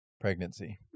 pregnancy